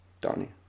Donnie